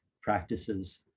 practices